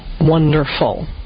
wonderful